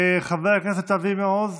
חבר הכנסת אבי מעוז,